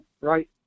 right